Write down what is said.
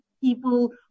people